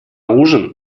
ужин